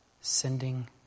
sending